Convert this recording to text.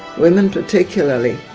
women particularly